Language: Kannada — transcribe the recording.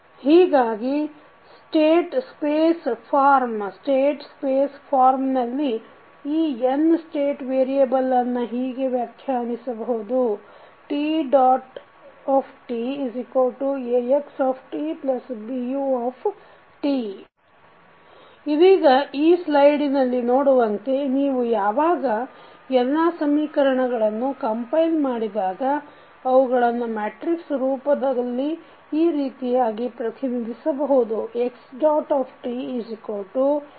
ಹೀಗಾಗಿ ಸ್ಟೇಟ್ ಸ್ಪೇಸ್ ಫಾರ್ಮ ನಲ್ಲಿ ಈ n ಸ್ಟೇಟ್ ವೇರಿಯೆಬಲನ್ನು ಹೀಗೆ ವ್ಯಾಖ್ಯಾನಿಸಬಹುದು xtAxtBu ಇದೀಗ ಈ ಸ್ಲೈಡಿನಲ್ಲಿ ನೋಡುವಂತೆ ನೀವು ಯಾವಾಗ ಎಲ್ಲಾ ಸಮೀಕರಣಗಳನ್ನು ಕಂಪೈಲ್ ಮಾಡಿದಾಗ ಅವುಗಳನ್ನು ಮ್ಯಾಟ್ರಿಕ್ಸ್ ರೂಪದಲಗಲ್ಲಿ ಈ ರೀತಿಯಾಗಿ ಪ್ರತಿನಿಧಿಸಬಹುದು